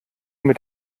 mit